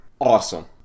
Awesome